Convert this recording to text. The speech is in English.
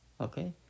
Okay